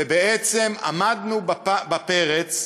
ובעצם עמדנו בפרץ.